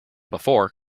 before